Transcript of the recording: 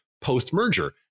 post-merger